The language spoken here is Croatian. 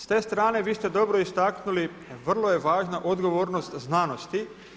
S te strane vi ste dobro istaknuli vrlo je važna odgovornost znanosti.